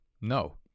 no